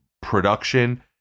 production